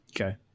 okay